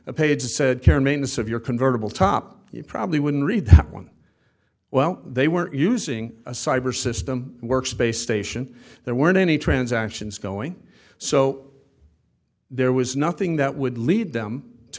a page said karen maine this of your convertible top you probably wouldn't read that one well they were using a cyber system works space station there weren't any transactions going so there was nothing that would lead them to